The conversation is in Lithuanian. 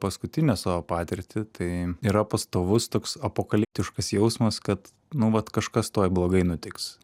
paskutinę savo patirtį tai yra pastovus toks apokaliptiškas jausmas kad nu vat kažkas tuoj blogai nutiks